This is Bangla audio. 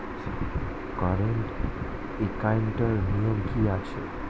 কারেন্ট একাউন্টের নিয়ম কী আছে?